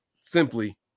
simply